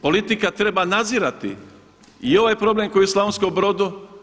Politika treba nadzirati i ovaj problem koji je u Slavonskom Brodu.